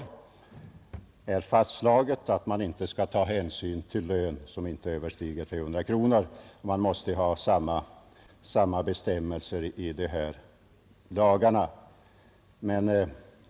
Man har där fastslagit att hänsyn icke skall tagas till lön som inte överstiger 300 kronor. Man måste ha samma bestämmelse i denna lag.